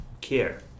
care